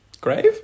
grave